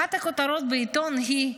אחת הכותרות בעיתון היא: